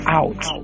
out